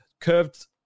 curved